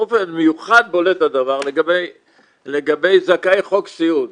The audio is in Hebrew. באופן מיוחד בולט הדבר לגבי זכאי חוק סיעוד.